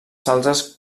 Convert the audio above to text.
salzes